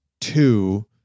two